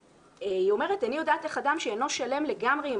היא אומרת: "אינני יודעת איך אדם שאינו שלם לגמרי עם